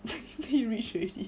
then you rich already